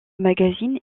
magazine